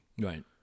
Right